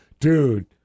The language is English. Dude